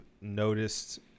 noticed